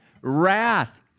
wrath